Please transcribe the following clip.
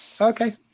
Okay